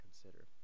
consider